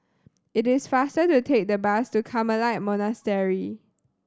it is faster to take the bus to Carmelite Monastery